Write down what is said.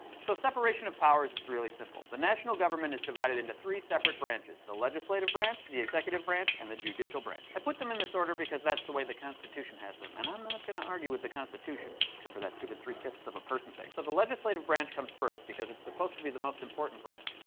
so separation of powers is really simple. the national government is divided into three separate branches the legislative branch, the executive branch, and the judicial branch. i put them in this order because that's the way the constitution has them. and i'm not going to argue with the constitution, except for that stupid three five ths of a person thing. so the legislative branch comes first, because it's supposed to be the most important branch,